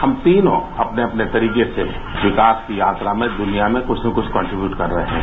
हम तीनों अपने अपने तरीके से विकास की यात्रा में द्रनिया में कुछ ने कुछ कॉन्ट्रीब्यूट कर रहे हैं